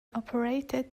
operated